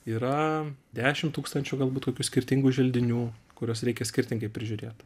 yra dešim tūkstančių galbūt kokių skirtingų želdinių kuriuos reikia skirtingai prižiūrėt